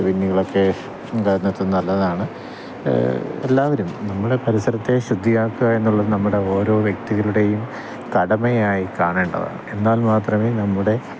waste ബിന്നുകളൊക്കെ നിലനിർത്തുന്നത് നല്ലതാണ് എല്ലാവരും നമ്മുടെ പരിസരത്തെ ശുദ്ധിയാക്കുക എന്നുള്ളത് നമ്മുടെ ഓരോ വ്യക്തികളുടെയും കടമയായി കാണേണ്ടതാണ് എന്നാൽ മാത്രമേ നമ്മുടെ